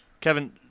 Kevin